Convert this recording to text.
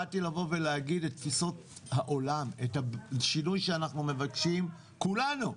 באתי להגיד את תפיסות העולם ואת השינוי שאנחנו מבקשים כולנו.